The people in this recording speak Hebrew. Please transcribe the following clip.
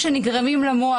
לתת.